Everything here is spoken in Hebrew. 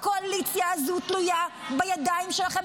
הקואליציה הזאת תלויה בידיים שלכם,